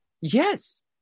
Yes